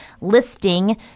listing